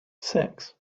six